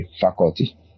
faculty